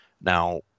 now